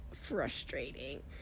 frustrating